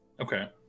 Okay